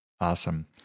Awesome